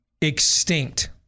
extinct